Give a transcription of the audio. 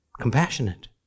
compassionate